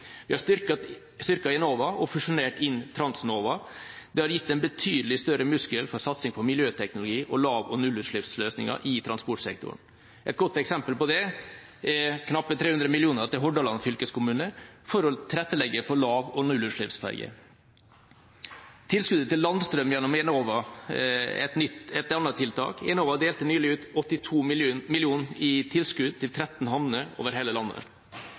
Vi har styrket Enova og fusjonert inn Transnova. Det har gitt en betydelig større muskel for satsing på miljøteknologi og lav- og nullutslippsløsninger i transportsektoren. Et godt eksempel på det er knappe 300 mill. kr til Hordaland fylkeskommune for å tilrettelegge for lav- og nullutslippsferger. Tilskudd til landstrøm gjennom Enova er et annet tiltak. Enova delte nylig ut 82 mill. kr i tilskudd til 13 havner over hele landet.